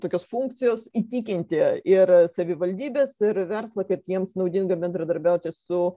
tokios funkcijos įtikinti ir savivaldybes ir verslą kad jiems naudinga bendradarbiauti su